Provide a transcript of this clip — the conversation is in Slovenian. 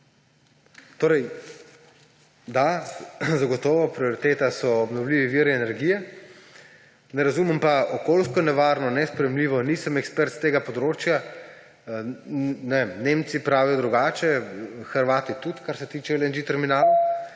Torej da, zagotovo so prioriteta obnovljivi viri energije. Ne razumem pa: »okoljsko nevarno«, »nesprejemljivo«. Nisem ekspert s tega področja, ne vem, Nemci pravijo drugače, Hrvati tudi, kar se tiče terminala